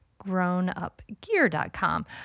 grownupgear.com